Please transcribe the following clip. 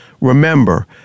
Remember